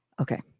okay